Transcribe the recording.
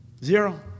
Zero